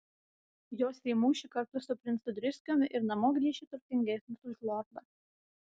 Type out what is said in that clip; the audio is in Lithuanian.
josi į mūšį kartu su princu driskiumi ir namo grįši turtingesnis už lordą